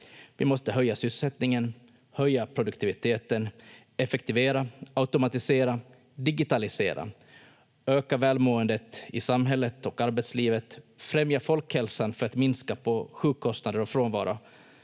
Vi måste höja sysselsättningen, höja produktiviteten, effektivera, automatisera, digitalisera, öka välmåendet i samhället och arbetslivet, främja folkhälsan för att minska på sjukkostnader och frånvaro,